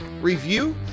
review